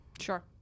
Sure